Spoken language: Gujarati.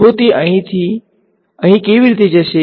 તો તે અહીંથી અહીં કેવી રીતે જશે